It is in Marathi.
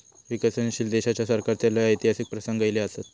विकसनशील देशाच्या सरकाराचे लय ऐतिहासिक प्रसंग ईले असत